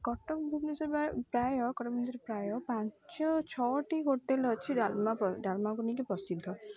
କଟକ ଭୁବନେଶ୍ଵର ପ୍ରାୟ କଟକ ଭୁବନେଶ୍ଵର ପ୍ରାୟ ପାଞ୍ଚ ଛଅଟି ହୋଟେଲ୍ ଅଛି ଡ଼ାଲମାକୁ ନେଇକି ପ୍ରସିଦ୍ଧ